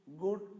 good